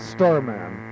Starman